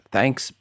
Thanks